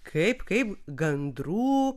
kaip kaip gandrų